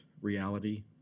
reality